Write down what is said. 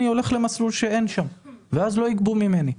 אני הולך למסלול שאין שם ואז לא יגבו ממני,